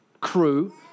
crew